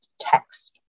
text